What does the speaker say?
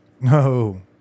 No